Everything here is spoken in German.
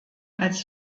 als